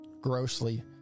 grossly